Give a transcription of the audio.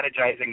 strategizing